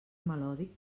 melòdic